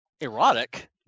Erotic